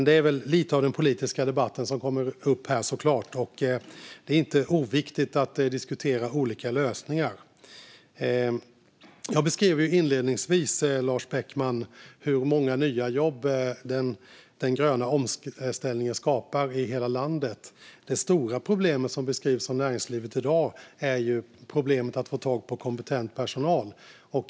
Det är väl lite av den politiska debatten som kommer upp här, såklart, och det är inte oviktigt att diskutera olika lösningar. Jag beskrev inledningsvis hur många nya jobb den gröna omställningen skapar i hela landet. Det stora problemet som beskrivs av näringslivet i dag är att få tag på kompetent personal.